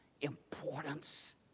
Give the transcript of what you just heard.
importance